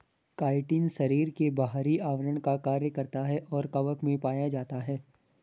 chitin शरीर के बाहरी आवरण का कार्य करता है और कवक में पाया जाता है